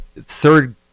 third